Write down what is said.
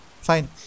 fine